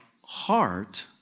heart